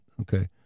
okay